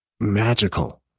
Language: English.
magical